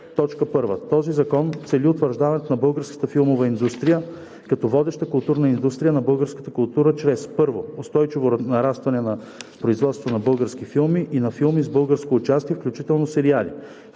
„Чл. 3. (1) Този закон цели утвърждаването на българската филмова индустрия като водеща културна индустрия на българската култура чрез: 1. устойчиво нарастване на производството на български филми и на филми с българско участие, включително сериали;